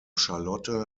charlotte